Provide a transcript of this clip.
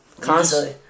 constantly